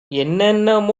என்னென்ன